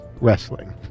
wrestling